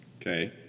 Okay